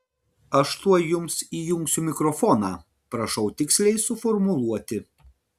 aš tuoj jums įjungsiu mikrofoną prašau tiksliai suformuluoti